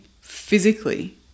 physically